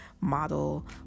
model